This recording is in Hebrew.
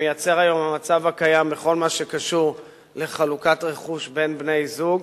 שהמצב הקיים מייצר היום בכל מה שקשור לחלוקת רכוש בין בני-זוג.